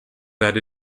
that